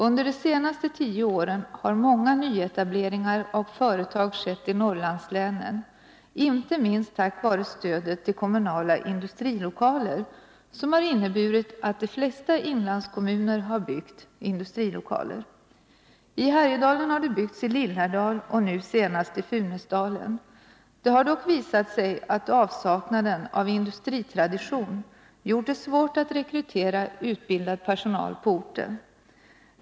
Under de senaste tio åren har många nyetableringar av företag skett i Norrlandslänen inte minst tack vare stödet till kommunala industrilokaler, som har inneburit att de flesta inlandskommuner har det byggts industrilokaler. I Härjedalen har byggt i Lillhärdal och nu senast i Funäsdalen. Det har dock visat sig att avsaknaden av industritradition gjort det svårt att rekrytera utbildad personal på orten.